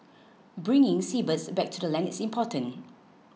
bringing seabirds back to the land is important